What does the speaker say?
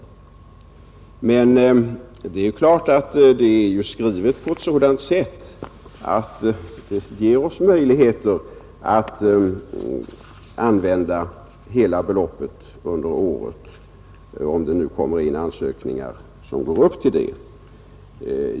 Men det är ju skrivet på ett sådant sätt att det ger oss möjligheter att använda hela beloppet under året, om det nu kommer in ansökningar som går upp till det.